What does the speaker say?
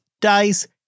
dice